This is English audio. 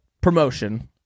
promotion